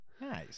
Nice